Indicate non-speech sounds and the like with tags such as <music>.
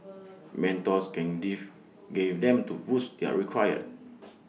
<noise> mentors can live give them to boost they are require <noise>